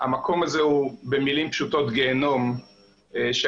המקום הזה הוא במילים פשוטות גיהינום שהאסירים